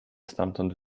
stamtąd